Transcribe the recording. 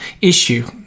issue